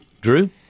Drew